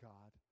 God